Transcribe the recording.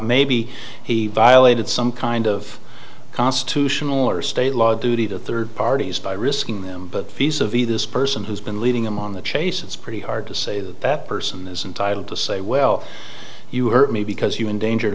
maybe he violated some kind of constitutional or state law duty to third parties by risking them but piece of the this person who's been leading them on the chase it's pretty hard to say that that person is entitle to say well you hurt me because you endangered